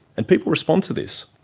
and people respond to this.